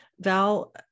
Val